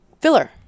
filler